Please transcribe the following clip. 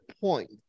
point